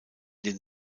den